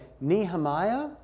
Nehemiah